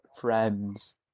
friends